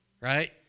right